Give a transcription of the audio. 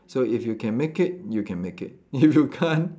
so if you can make it you can make it if you can't